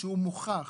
שהוא מוכח,